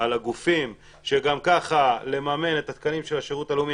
על הגופים שגם ככה לממן את התקנים של השירות הלאומי,